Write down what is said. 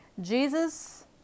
Jesus